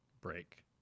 break